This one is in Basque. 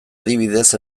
adibidez